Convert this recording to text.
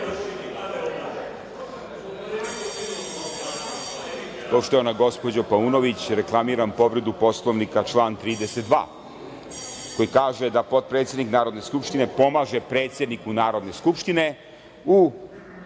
Poštovana gospođo Paunović, reklamiram povredu Poslovnika, član 32. koji kaže da potpredsednik Narodne skupštine pomaže predsedniku Narodne skupštine u